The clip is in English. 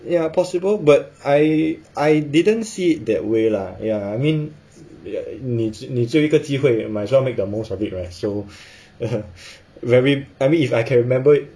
ya possible but I I didn't see it that way lah ya I mean 你你只有一个机会 might as well make the most of it right so very I mean if I can remember